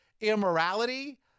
immorality